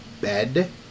bed